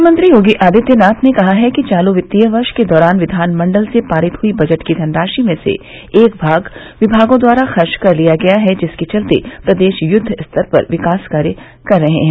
मुख्यमंत्री योगी आदित्यनाथ ने कहा है कि चालू वित्तीय वर्ष के दौरान विधानमंडल से पारित हुई बजट की धनराशि में से एक बड़ा भाग विभागों द्वारा खर्च कर लिया गया है जिसके चलते प्रदेश में युद्वस्तर पर विकास कार्य चल रहे हैं